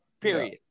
period